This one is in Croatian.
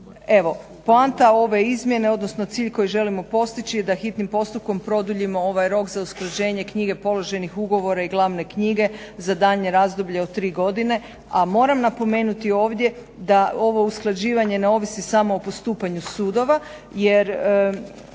Evo, poanta ove izmjene, odnosno cilj koji želimo postići je da hitnim postupkom produljimo ovaj rok za usklađenje knjige položenih ugovora i glavne knjige za daljnje razdoblje od tri godine. A moram napomenuti ovdje da ovo usklađivanje ne ovisi samo o postupanju sudova, jer